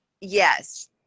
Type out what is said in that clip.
yes